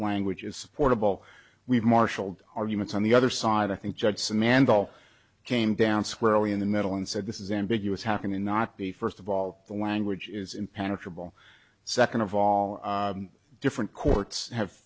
language is supportable we've marshaled arguments on the other side i think judge samantha all came down squarely in the middle and said this is ambiguous happening and not the first of all the language is impenetrable second of all different courts have